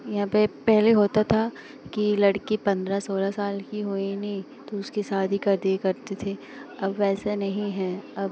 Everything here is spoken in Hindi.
या फिर पहले होता था की लड़की पन्द्रह सोलह साल की हुई नहीं कि उसकी शादी कर दी करते थे अब वैसा नहीं है अब